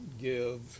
give